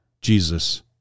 Jesus